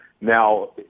Now